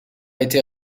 été